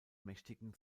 mächtigen